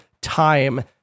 time